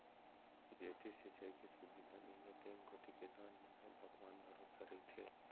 जेती सिंचाई के सुबिधा नइये तेन कोती किसान मन ह भगवान भरोसा रइथें